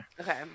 okay